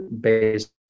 based